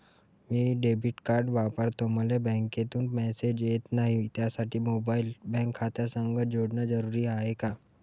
मी debit card वापरतो मले बँकेतून मॅसेज येत नाही, त्यासाठी मोबाईल बँक खात्यासंग जोडनं जरुरी हाय का?